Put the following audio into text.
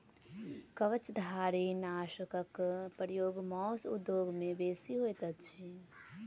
कवचधारीनाशकक प्रयोग मौस उद्योग मे बेसी होइत अछि